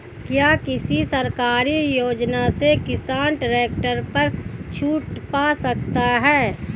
क्या किसी सरकारी योजना से किसान ट्रैक्टर पर छूट पा सकता है?